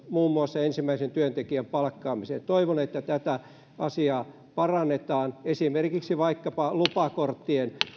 muun muassa ensimmäisen työntekijän palkkaamiseen toivon että tätä asiaa parannetaan esimerkiksi lupakorttien